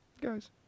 guys